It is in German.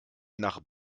nach